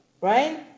Right